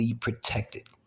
protected